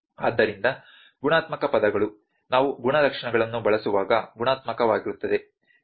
ಆದ್ದರಿಂದ ಗುಣಾತ್ಮಕ ಪದಗಳು ನಾವು ಗುಣಲಕ್ಷಣಗಳನ್ನು ಬಳಸುವಾಗ ಗುಣಾತ್ಮಕವಾಗಿರುತ್ತದೆ ಸರಿ